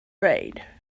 raid